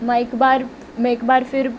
मां हिकु बार हिकु बार फ़िर